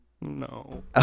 No